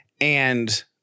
and-